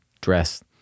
dress